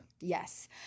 Yes